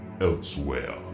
elsewhere